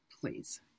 Please